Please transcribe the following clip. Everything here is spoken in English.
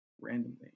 randomly